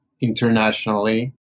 internationally